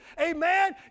amen